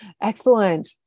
Excellent